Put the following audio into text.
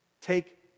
take